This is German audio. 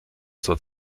zur